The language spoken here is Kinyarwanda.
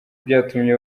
byatumye